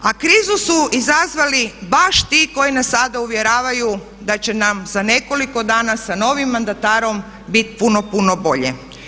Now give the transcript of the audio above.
A krizu su izazvali baš ti koji nas sada uvjeravaju da će nam za nekoliko dana sa novim mandatarom biti puno, puno bolje.